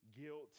guilt